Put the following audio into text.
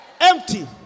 Empty